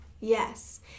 yes